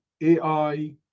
AI